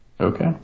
Okay